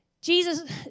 Jesus